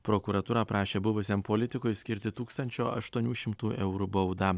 prokuratūra prašė buvusiam politikui skirti tūkstančio aštuonių šimtų eurų baudą